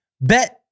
Bet